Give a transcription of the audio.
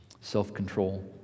self-control